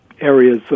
areas